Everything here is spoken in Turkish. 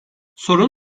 sorun